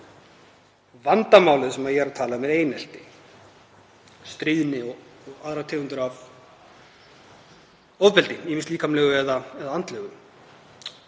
Vandamálið sem ég er að tala um er einelti, stríðni og aðrar tegundir af ofbeldi, ýmist líkamlegu eða andlegu.